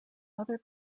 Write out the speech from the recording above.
other